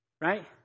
right